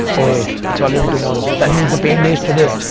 oh wait, it's already tomorrow! that means the pain days today!